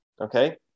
Okay